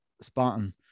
Spartan